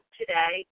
today